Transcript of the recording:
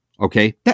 Okay